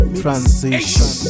transition